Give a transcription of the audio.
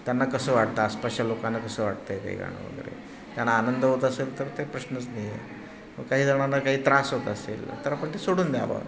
त्यांना कसं वाटतं आसपासच्या लोकांना कसं वाटतं आहे ते गाणं वगैरे त्यांना आनंद होत असेल तर ते प्रश्नच नाही आहे मग काही जणांना काही त्रास होत असेल तर आपण ते सोडून द्यावं